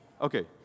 Okay